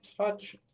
touch